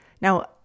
Now